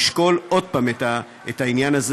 לשקול עוד פעם את העניין הזה.